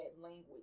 language